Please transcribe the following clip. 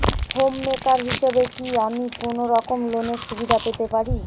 Home maker হিসেবে কি আমি কোনো রকম লোনের সুবিধা পেতে পারি?